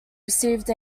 received